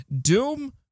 Doom